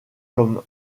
comme